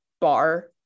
bar